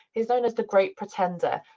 he's known as the great pretender.